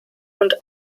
und